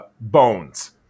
bones